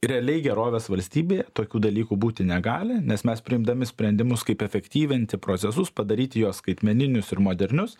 realiai gerovės valstybėje tokių dalykų būti negali nes mes priimdami sprendimus kaip efektyvinti procesus padaryti juos skaitmeninius ir modernius